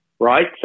Right